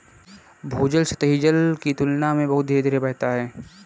भूजल सतही जल की तुलना में बहुत धीरे धीरे बहता है